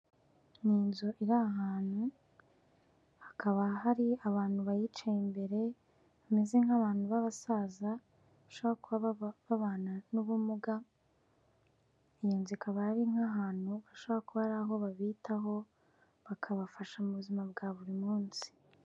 Ni inzu iri ahantu, hakaba hari abantu bayicaye imbere, bameze nk'abantu b'abasaza, bashobora kuba babana n'ubumuga, iyi nzu ikaba ari nk'ahantu bashobora kuba ari aho babitaho, bakabafasha mu buzima bwa buri munsi.